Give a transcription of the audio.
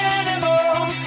animals